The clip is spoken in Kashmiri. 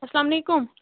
السلام علیکُم